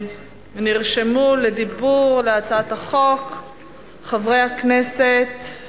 נרשמו לדיבור על הצעת החוק חברי הכנסת